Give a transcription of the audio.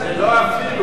מישארין, זה לא "אפילו".